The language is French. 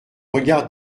regarde